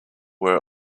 were